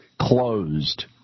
closed